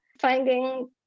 finding